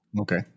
Okay